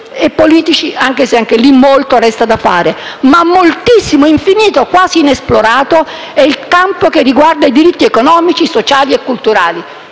e politici (terreno su cui pure molto resta da fare), ma grandissimo, infinito e quasi inesplorato è il campo che riguarda i diritti economici, sociali e culturali.